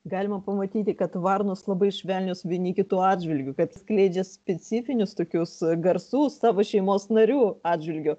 galima pamatyti kad varnos labai švelnios vieni kitų atžvilgiu kad skleidžia specifinius tokius garsus savo šeimos narių atžvilgiu